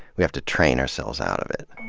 we have to train ourselves out of it.